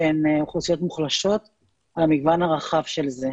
שהן אוכלוסיות מוחלשות במגוון הרחב של זה.